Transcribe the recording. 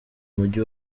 mujyi